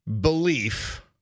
belief